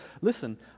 Listen